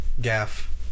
Gaff